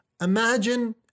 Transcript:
Imagine